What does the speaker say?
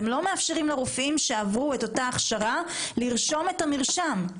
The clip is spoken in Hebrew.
אתם לא מאפשרים לרופאים שעברו הכשרה, לרשום מרשם.